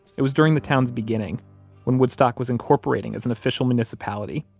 it was during the town's beginning when woodstock was incorporating as an official municipality,